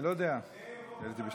אדוני היושב-ראש,